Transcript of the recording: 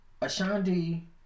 Ashanti